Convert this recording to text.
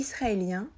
israélien